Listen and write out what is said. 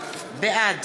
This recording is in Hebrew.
בעד